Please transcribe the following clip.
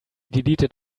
deleted